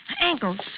ankles